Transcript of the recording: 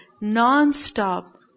non-stop